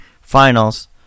Finals